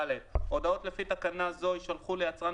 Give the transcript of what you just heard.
"(ד)הודעות לפי תקנה זו יישלחו ליצרן